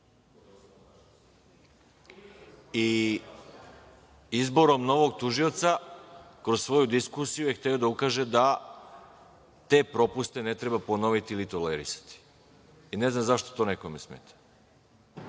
Izborom novog tužioca, kroz svoju diskusiju je hteo da ukaže da te propuste ne treba ponoviti ili tolerisati. Ne znam zašto to nekome smeta? Prvih